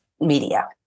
media